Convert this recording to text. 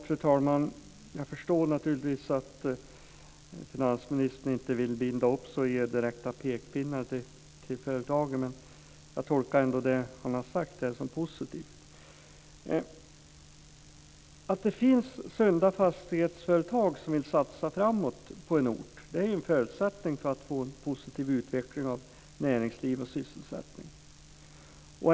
Fru talman! Jag förstår naturligtvis att finansministern inte vill binda upp sig och ge direkta pekpinnar till företagen, men jag tolkar ändå det som han har sagt som positivt. Att det finns sunda fastighetsföretag som vill satsa framåt på en ort är en förutsättning för att få en positiv utveckling av näringsliv och sysselsättning.